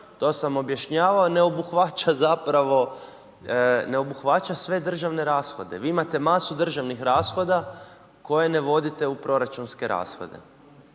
to sam objašnjavao, ne obuhvaća sve državne rashode. Vi imate masu državnih rashoda koje ne vodite u proračunske rashode.